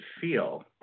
feel